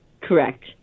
Correct